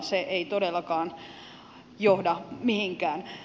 se ei todellakaan johda mihinkään